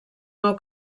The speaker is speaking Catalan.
nou